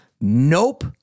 nope